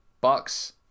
bucks